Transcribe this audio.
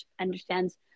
understands